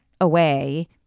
away